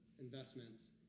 investments